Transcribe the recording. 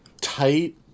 tight